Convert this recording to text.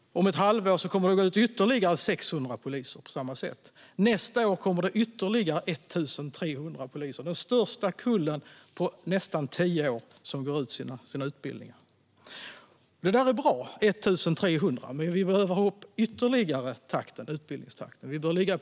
Om ett halvår kommer det att gå ut ytterligare 600 poliser på samma sätt. Nästa år kommer det ytterligare 1 300 poliser - det är den största kullen på nästan tio år som går ut utbildningen. 1 300 är bra. Men vi behöver ha upp utbildningstakten ytterligare.